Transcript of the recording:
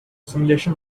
simulation